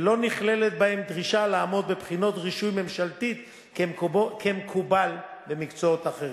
ולא נכללת בהם דרישה לעמוד בבחינת רישוי ממשלתית כמקובל במקצועות אחרים.